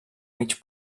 mig